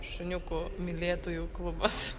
šuniukų mylėtojų klubas